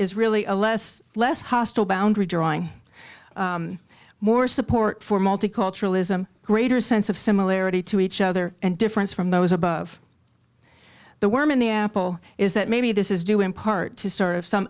is really a less less hostile boundary drawing more support for multiculturalism a greater sense of similarity to each other and difference from those above the worm in the apple is that maybe this is due in part to sort of some